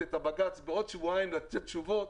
את הבג"ץ ובעוד שבועיים לתת תשובות,